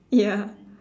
ya